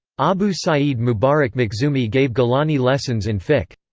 abu saeed mubarak makhzoomi gave gilani lessons in fiqh.